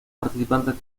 participantes